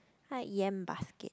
I like yam basket